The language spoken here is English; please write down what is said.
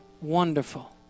wonderful